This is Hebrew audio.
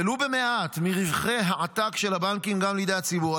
ולו במעט, מרווחי העתק של הבנקים גם לידי הציבור.